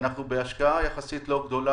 בהשקעה יחסית לא גדולה,